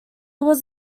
was